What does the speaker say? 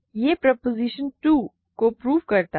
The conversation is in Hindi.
यह प्रोपोज़िशन 2 को प्रूव करता है